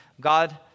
God